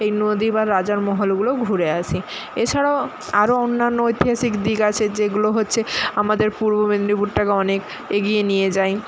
এই নদী বা রাজার মহলগুলো ঘুরে আসি এছাড়াও আরো অন্যান্য ঐতিহাসিক দিক আছে সেগুলো হচ্ছে আমারদের পূর্ব মেদিনীপুরটাকে অনেক এগিয়ে নিয়ে যায়